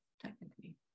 technically